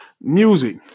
Music